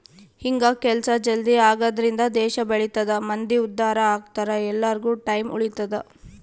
ಹಿಂಗ ಕೆಲ್ಸ ಜಲ್ದೀ ಆಗದ್ರಿಂದ ದೇಶ ಬೆಳಿತದ ಮಂದಿ ಉದ್ದಾರ ಅಗ್ತರ ಎಲ್ಲಾರ್ಗು ಟೈಮ್ ಉಳಿತದ